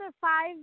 five